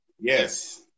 Yes